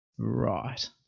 Right